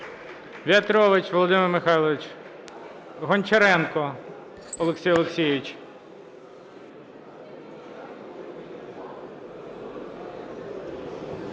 В'ятрович Володимир Михайлович. Гончаренко Олексій Олексійович.